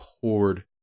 poured